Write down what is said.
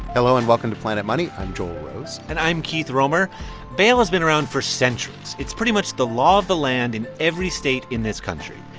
hello and welcome to planet money. i'm joel rose and i'm keith romer bail has been around for centuries. it's pretty much the law of the land in every state in this country.